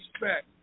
respect